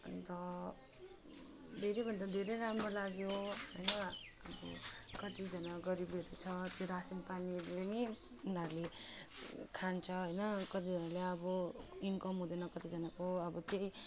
अन्त धेरैभन्दा धेरै राम्रो लाग्यो होइन अब कतिजना गरिबीहरू छ त्यो रासिन पानीहरूले नै उनीहरूले खान्छ होइन कतिजनाले अब इनकम हुँदैन कतिजनाको अब त्यही